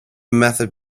method